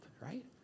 right